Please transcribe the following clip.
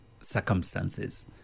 circumstances